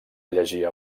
llegir